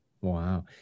Wow